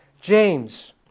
James